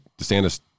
DeSantis